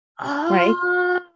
right